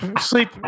sleep